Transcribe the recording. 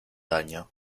daño